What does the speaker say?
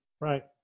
Right